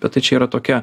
bet tai čia yra tokia